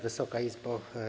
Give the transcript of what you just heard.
Wysoka Izbo!